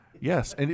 Yes